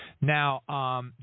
Now